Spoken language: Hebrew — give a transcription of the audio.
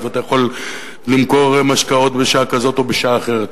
אתה יכול למכור משקאות בשעה כזאת או בשעה אחרת,